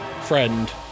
friend